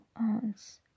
ounce